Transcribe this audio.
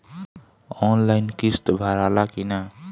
Online किस्त भराला कि ना?